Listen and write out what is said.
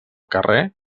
carrer